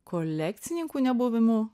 kolekcininkų nebuvimu